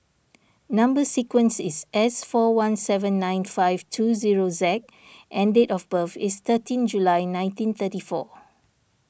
Number Sequence is S four one seven nine five two zero Z and date of birth is thirteen July nineteen thirty four